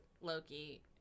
Loki